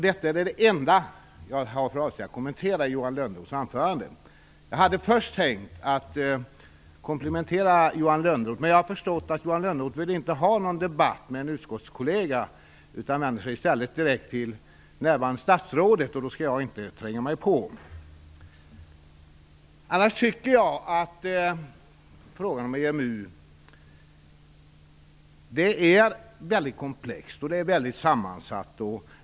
Det är den enda kommentar som jag har för avsikt att göra till Jag hade först tänkt att komplimentera Johan Lönnroth, men jag har förstått att Johan Lönnroth inte vill ha någon debatt med en utskottskollega utan i stället vänder sig direkt till det närvarande statsrådet, och då skall jag inte tränga mig på. Jag tycker att frågan om EMU är en mycket komplex och sammansatt fråga.